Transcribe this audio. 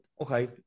okay